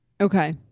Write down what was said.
Okay